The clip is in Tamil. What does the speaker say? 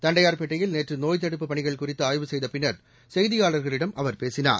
தண்டையார்பேட்டையில் நேற்று நோய்த் தடுப்புப் பணிகள் குறித்து ஆய்வு செய்த பின்னர் செய்தியாளர்களிடம் அவர் பேசினார்